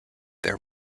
their